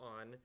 on